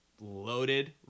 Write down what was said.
loaded